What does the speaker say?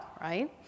right